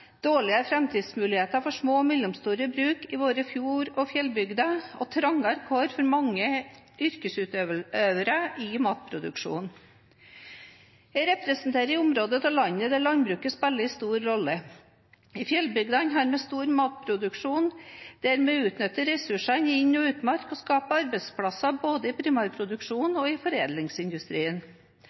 dårlige framtidsmuligheter for små og mellomstore bruk i våre fjord- og fjellbygder og trangere kår for mange yrkesutøvere i matproduksjonen. Jeg representerer et område av landet der landbruket spiller en stor rolle. I fjellbygdene har vi en stor matproduksjon, der vi utnytter ressursene i inn- og utmark og skaper arbeidsplasser, både i primærproduksjonen og i foredlingsindustrien.